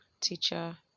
teacher